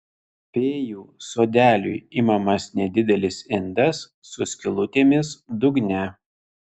fėjų sodeliui imamas nedidelis indas su skylutėmis dugne